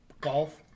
golf